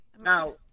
now